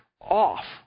off